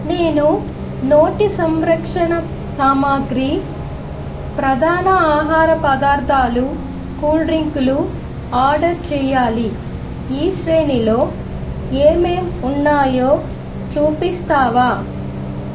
నేను నోటి సంరక్షణ సామాగ్రి ప్రధాన ఆహార పదార్థాలు కూల్ డ్రింకులు ఆర్డర్ చెయ్యాలి ఈ శ్రేణిలో ఏమేం ఉన్నాయో చూపిస్తావా